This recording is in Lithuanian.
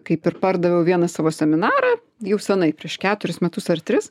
kaip ir pardaviau vieną savo seminarą jau seniai prieš keturis metus ar tris